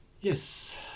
Yes